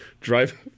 drive